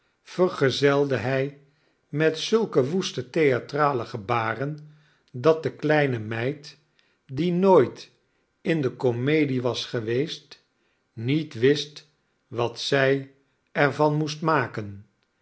vergezelde hij met zulke woeste theatrale gebaren dat de kleine meid die nooit in de komedie was geweest niet wist wat zij er van moest maken